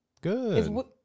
Good